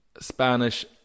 Spanish